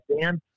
Dan